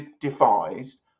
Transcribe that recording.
devised